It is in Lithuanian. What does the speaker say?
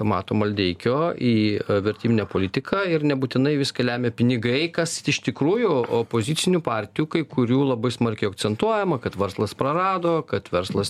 mato maldeikio į vertybinę politiką ir nebūtinai viską lemia pinigai kas iš tikrųjų opozicinių partijų kai kurių labai smarkiai akcentuojama kad varslas prarado kad verslas